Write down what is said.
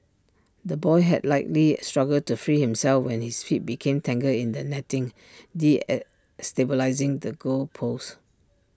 the boy had likely struggled to free himself when his feet became tangled in the netting D stabilising the goal post